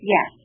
Yes